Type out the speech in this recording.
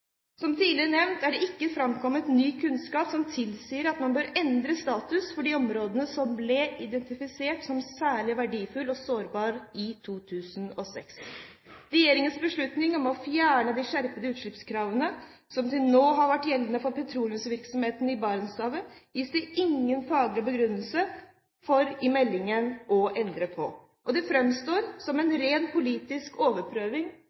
Som tidligere nevnt er det ikke framkommet ny kunnskap som tilsier at man bør endre status for de områdene som ble identifisert som særlig verdifulle og sårbare i 2006. Regjeringens beslutning om å fjerne de skjerpede utslippskravene som til nå har vært gjeldende for petroleumsvirksomheten i Barentshavet, gis det i meldingen ingen faglig begrunnelse for å endre, og det framstår som en ren politisk overprøving